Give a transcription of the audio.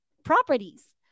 properties